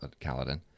Kaladin